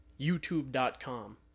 youtube.com